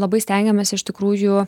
labai stengiamės iš tikrųjų